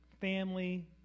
family